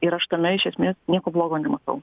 ir aš tame iš esmės nieko blogo nematau